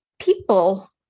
people